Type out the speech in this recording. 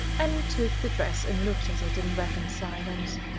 anne took the dress and looked at it in reverent silence.